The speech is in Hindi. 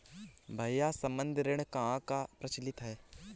भैया संबंद्ध ऋण कहां कहां प्रचलित है?